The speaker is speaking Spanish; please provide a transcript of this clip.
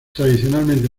tradicionalmente